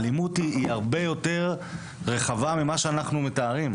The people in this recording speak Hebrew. האלימות היא הרבה יותר רחבה ממה שאנחנו מתארים.